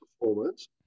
performance